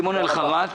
שמעון אלחרט.